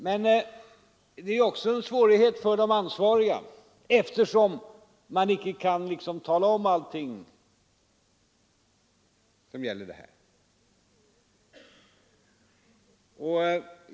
Men det finns också en svårighet för de ansvariga, eftersom man icke kan tala om allting som gäller saken.